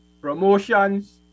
promotions